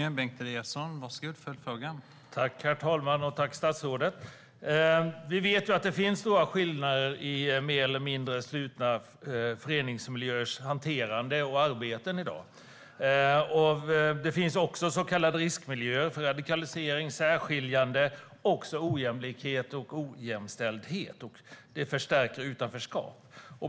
Herr talman! Tack, statsrådet! Vi vet att det finns stora skillnader i mer eller mindre slutna föreningsmiljöers hanterande och arbeten i dag. Det finns också så kallade riskmiljöer för radikalisering, särskiljande och också ojämlikhet och ojämställdhet, och det förstärker utanförskap.